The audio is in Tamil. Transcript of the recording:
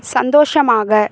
சந்தோஷமாக